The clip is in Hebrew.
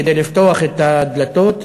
כדי לפתוח את הדלתות,